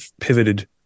pivoted